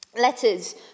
letters